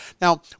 Now